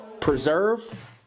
Preserve